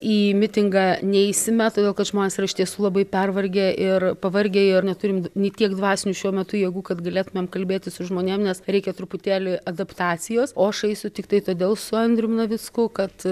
į mitingą neisime todėl kad žmonės iš tiesų labai pervargę ir pavargę ir neturim nei tiek dvasinių šiuo metu jėgų kad galėtumėm kalbėti su žmonėm nes reikia truputėlį adaptacijos o aš eisiu tiktai todėl su andrium navicku kad